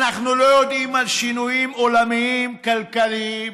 אנחנו לא יודעים על שינויים כלכליים עולמיים,